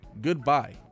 goodbye